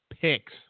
picks